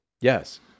Yes